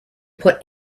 put